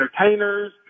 entertainers